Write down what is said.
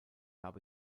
gab